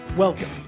Welcome